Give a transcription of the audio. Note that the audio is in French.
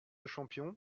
champion